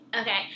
Okay